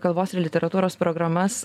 kalbos ir literatūros programas